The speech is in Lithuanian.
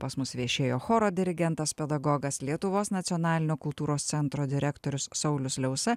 pas mus viešėjo choro dirigentas pedagogas lietuvos nacionalinio kultūros centro direktorius saulius liausa